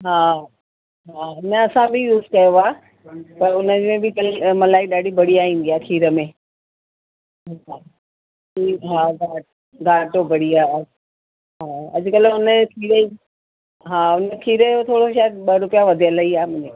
हा हा न असां बि यूज कयो आहे त उनमें बि मलाई ॾाढी बढ़िया ईंदी आहे खीर में खीर हा घ घाटो बढ़िया आहे हा अॼकल्ह उन खीर जी हा उन खीर जो थोरो शायदि ॿ रुपया वधयल ई आहे उनमें